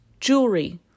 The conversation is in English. jewelry